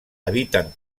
habiten